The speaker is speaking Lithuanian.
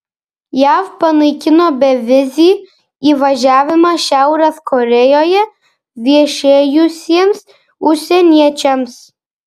jav panaikino bevizį įvažiavimą šiaurės korėjoje viešėjusiems užsieniečiams